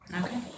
Okay